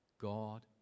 God